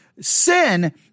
Sin